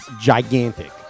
gigantic